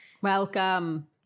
Welcome